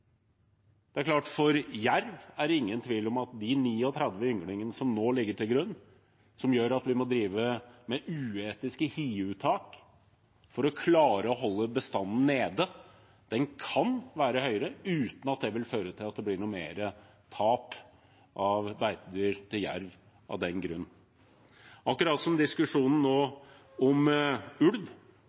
For jerv er det ingen tvil om at antall ynglinger som nå ligger til grunn, 39, som gjør at vi må drive med uetiske hiuttak for å klare å holde bestanden nede, kan være høyere uten at det vil føre til noe mer tap av beitedyr til jerv av den grunn. Det er akkurat det samme med diskusjonen nå om ulv: